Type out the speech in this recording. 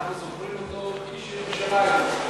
אנחנו זוכרים אותו מכביש ירושלים.